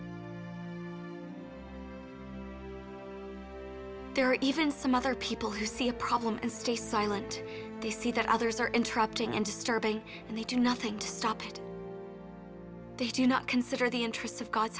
are even some other people who see a problem and stay silent they see that others are interrupting and disturbing and they do nothing to stop it they do not consider the interests of god's